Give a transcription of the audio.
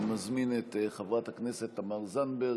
מס' 1983. אני מזמין את חברת הכנסת תמר זנדברג,